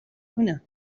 هنا